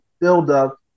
buildup